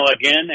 again